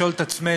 זה לשאול את עצמנו